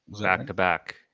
Back-to-back